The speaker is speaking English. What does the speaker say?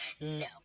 No